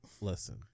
listen